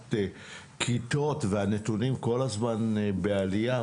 900 כיתות והנתונים כל הזמן בעליה.